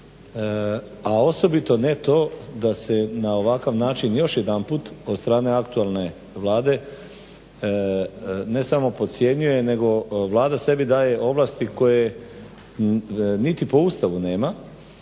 a osobito ne to da se na ovakav način još jedanput od strane aktualne Vlade ne samo podcjenjuje nego Vlada sebi daje ovlasti koje niti po Ustavu nema